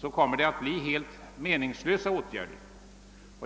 kommer det hela inte att ha någon effekt.